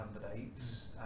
candidates